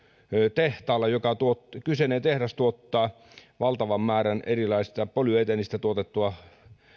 tehtaalta joka kyseinen tehdas tuottaa valtavan määrän erilaista polyeteenistä tuotettua